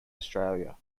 australia